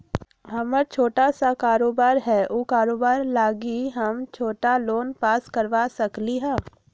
हमर छोटा सा कारोबार है उ कारोबार लागी हम छोटा लोन पास करवा सकली ह?